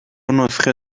نسخه